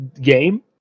game